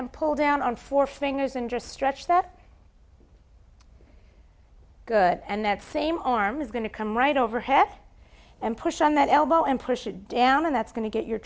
and pull down on four fingers and just stretch that good and that same arm is going to come right over head and push on that elbow and push it down and that's going to get your